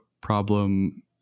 problem